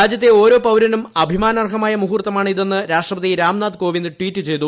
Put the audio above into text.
രാജ്യത്തെ ഓരോ പൌരനും അഭിമാനാർഹമായ മുഹൂർത്തമാണ് ഇതെന്ന് രാഷ്ട്രപതി രാംനാഥ് കോവിന്ദ് ട്വീറ്റ് ചെയ്തു